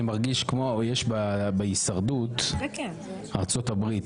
אני מרגיש כמו יש בהישרדות ארצות הברית,